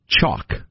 chalk